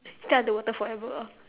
stay underwater forever ah